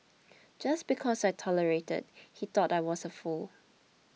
just because I tolerated he thought I was a fool